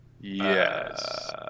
Yes